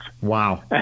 Wow